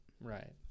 Right